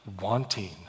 wanting